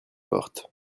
porte